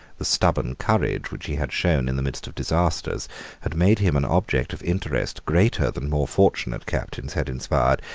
the stubborn courage which he had shown in the midst of disasters had made him an object of interest greater than more fortunate captains had inspired,